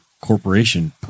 corporation